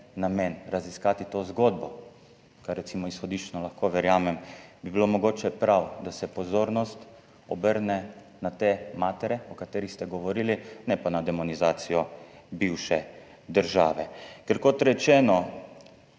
namen raziskati to zgodbo, kar recimo izhodiščno lahko verjamem, bi bilo mogoče prav, da se pozornost obrne na te matere, o katerih ste govorili, ne pa na demonizacijo bivše države. Kot rečeno,